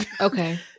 Okay